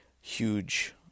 huge